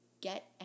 get